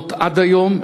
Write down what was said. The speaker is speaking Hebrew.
נכונות עד היום,